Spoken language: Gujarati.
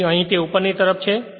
તેથી અહીં તે ઉપર તરફ છે